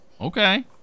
Okay